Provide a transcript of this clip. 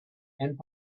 and